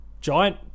giant